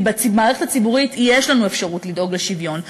כי במערכת הציבורית יש לנו אפשרות לדאוג לשוויון.